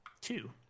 Two